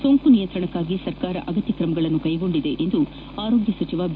ಸೋಂಕು ನಿಯಂತ್ರಣಕ್ಕಾಗಿ ಸರ್ಕಾರ ಅಗತ್ಯ ಕ್ರಮಗಳನ್ನು ಕೈಗೊಂಡಿದೆ ಎಂದು ಆರೋಗ್ಯ ಸಚವ ಬಿ